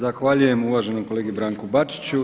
Zahvaljujem uvaženom kolegi Branku Bačiću.